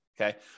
Okay